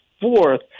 fourth